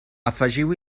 afegiu